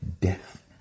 death